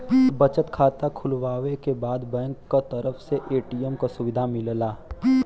बचत खाता खुलवावे के बाद बैंक क तरफ से ए.टी.एम क सुविधा मिलला